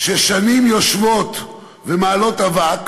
ששנים שוכבות ומעלות אבק